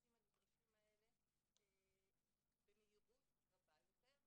בערוצים הנדרשים האלה במהירות רבה יותר,